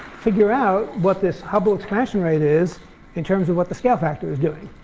figure out what this hubble expansion rate is in terms of what the scale factor is doing.